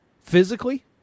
physically